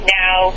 now